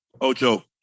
Ocho